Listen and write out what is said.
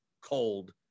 cold